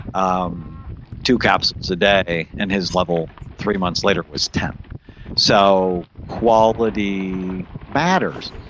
um two capsules a day and his level three months later was ten so quality matters.